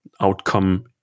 outcome